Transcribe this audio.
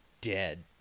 dead